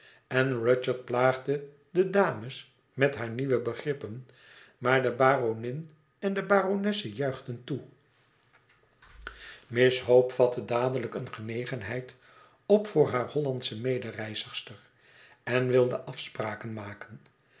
en rudyard plaagde de dames met haar nieuwe begrippen maar de baronin en de baronesse juichten ze toe miss hope vatte dadelijk eene genegenheid op voor hare hollandsche mede reizigster en wilde afspraken maken